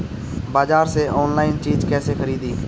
बाजार से आनलाइन चीज कैसे खरीदी?